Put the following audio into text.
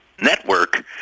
network